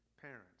parents